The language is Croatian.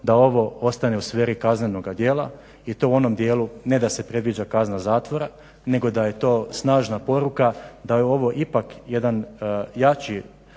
da ovo ostane u sferi kaznenoga djela i to u onom dijelu ne da se predviđa kazna zatvora nego da je to snažna poruka da je ovo ipak jedna jači